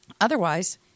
Otherwise